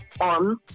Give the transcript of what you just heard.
On